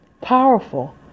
Powerful